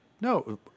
no